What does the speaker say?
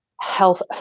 health